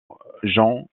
cantacuzène